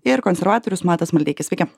ir konservatorius matas maldeikis sveiki